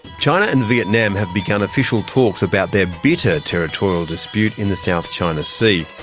china and vietnam have begun official talks about their bitter territorial dispute in the south china sea.